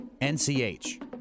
N-C-H